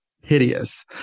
hideous